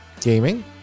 gaming